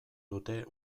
dute